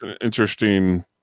interesting